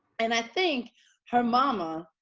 and i think her mama,